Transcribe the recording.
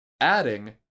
Adding